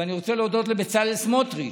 ואני רוצה להודות לבצלאל סמוטריץ'.